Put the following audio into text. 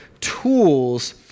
tools